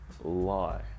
lie